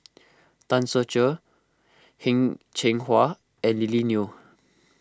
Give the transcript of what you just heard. Tan Ser Cher Heng Cheng Hwa and Lily Neo